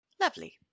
Lovely